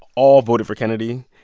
all voted for kennedy.